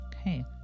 okay